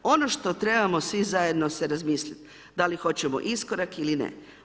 Ono što trebamo svi zajedno se razmisliti da li hoćemo iskorak ili ne.